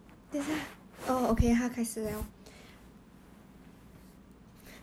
but cliff 有时候他讲话很直接